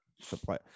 supply